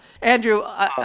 Andrew